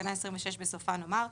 בתקנה 26, בסופה נאמר: